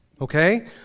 okay